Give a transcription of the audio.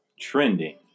Trending